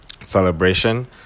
celebration